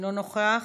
אינו נוכח,